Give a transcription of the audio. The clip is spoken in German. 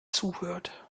zuhört